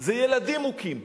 זה ילדים מוכים,